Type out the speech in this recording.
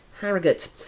Harrogate